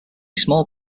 small